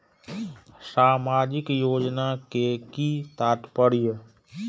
सामाजिक योजना के कि तात्पर्य?